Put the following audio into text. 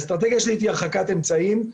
האסטרטגיה השלישית היא הרחקת אמצעים,